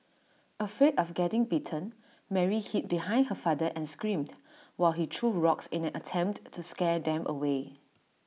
afraid of getting bitten Mary hid behind her father and screamed while he threw rocks in an attempt to scare them away